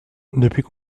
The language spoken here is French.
depuis